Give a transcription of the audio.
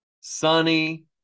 sunny